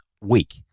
week